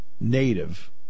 native